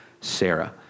Sarah